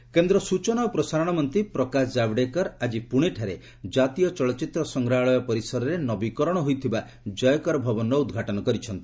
ଜାଭେଦକର ପ୍ରୁନେ କେନ୍ଦ୍ର ସୂଚନା ଓ ପ୍ରସାରଣ ମନ୍ତ୍ରୀ ପ୍ରକାଶ ଜାଭେଦକର ଆକି ପୁନେଠାରେ ଜାତୀୟ ଚଳଚ୍ଚିତ୍ର ସଂଗ୍ରହାଳୟ ପରିସରରେ ନବୀକରଣ ହୋଇଥିବା ଜୟକର ଭବନର ଉଦ୍ଘାଟନ କରିଛନ୍ତି